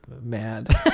mad